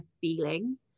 feeling